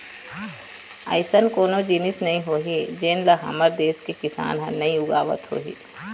अइसन कोनो जिनिस नइ होही जेन ल हमर देस के किसान ह नइ उगावत होही